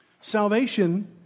Salvation